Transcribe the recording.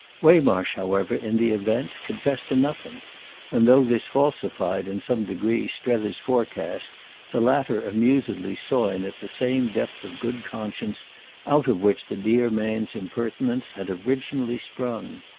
waymarsh however in the event confessed to nothing and though this falsified in some degree strether's forecast the latter amusedly saw in it the same depth of good conscience out of which the dear man's impertinence had originally sprung.